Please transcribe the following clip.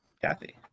Kathy